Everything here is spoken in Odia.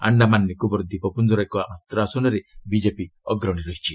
ଆଶ୍ଡାମାନ ନିକୋବର ଦ୍ୱୀପପୁଞ୍ଜର ଏକ ମାତ୍ର ଆସନରେ ବିଜେପି ଅଗ୍ରଣୀ ରହିଛି